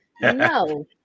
No